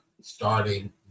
starting